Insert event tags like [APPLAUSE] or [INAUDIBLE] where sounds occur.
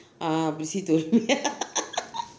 ah prissy told me [LAUGHS]